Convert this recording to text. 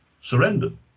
Surrendered